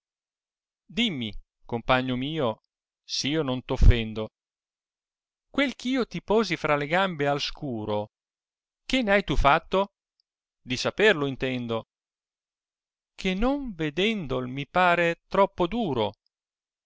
dimmi compagno mio s'io non t'oftendo quel eh io ti posi fra le gambe al scuro che n'hai tu fatto di saperlo intendo che non vedendol mi par troppo duro